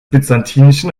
byzantinischen